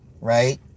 right